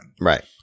right